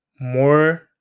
more